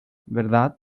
verdad